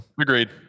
Agreed